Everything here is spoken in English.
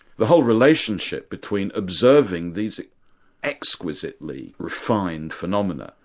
the whole relationship between observing these exquisitely refined phenomena,